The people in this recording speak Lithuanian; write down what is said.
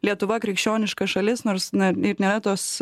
lietuva krikščioniška šalis nors na ir nėra tos